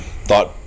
Thought